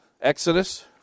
Exodus